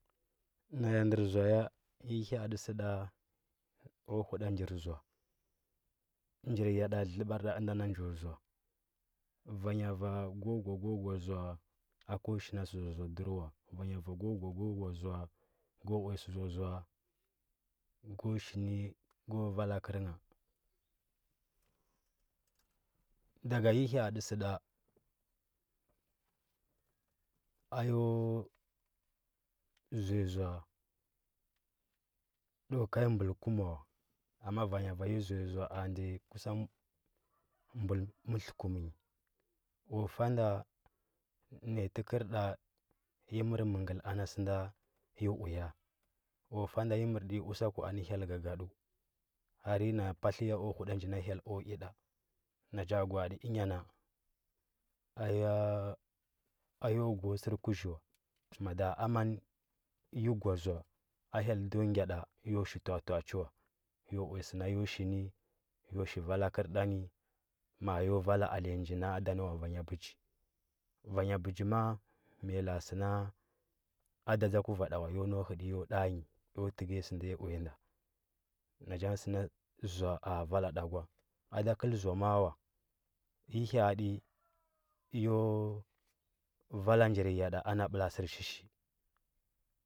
Naya ndər zoa ya nyi hyadə sə da o huda njir zoar njir ya da lə ləbar nda ənda nda njo zoa va nya va ga gwa go gwa zoa a ko shin a sə zoa zoa dur wa va nya va go gwa go zoa go uya sə zoa zoa ga shi nə go vala kərə ngha daga nyi hya’a də sə da a yo zoi zoa yo kai bəl kumu wa amma vanya via nyi zoi-zoa a ndiya kusan bəl məkəkum nyi o fa nda naya təkər da nyi mər mənngəl anan sə nda ya uya o fa nda nyi mər də nyi sər usakua hyel gagada har ya na patlə ya o huda nji na hyellu i da nan ja gwa adə ənya na a ya ayo go sər kuzhi wa mada amaninyi go zoa a hyel ndo gyada yo shi twa. a twa. a chi way o uya sə nay o shi nə yo shiv ala kər nda nə ma. a yo vala alenya nji na ad ani wa alenya bəji vanya ɓəji ma. a ma nyi la. a sə na a ɗa dzu kuvanɗa yo mau həɗə yo danya yo təgiya sə nda nyi uya nnda nan ja ngə sə zoa a vala nda gwa da kəl zoa ma. a wa nyi ha. adə yo vala njir ya da ama bəka sərshishi,